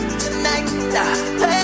tonight